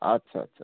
আচ্ছা আচ্ছা